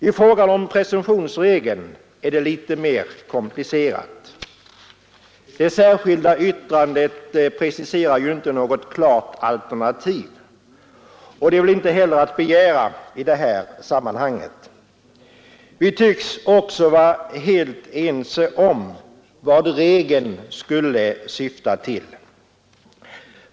I fråga om presumtionsregeln är det litet mer komplicerat. Det särskilda yttrandet preciserar ju inte något klart alternativ, och det är väl inte heller att begära i det här sammanhanget. Vi tycks också vara helt ense om vad regeln skulle syfta till.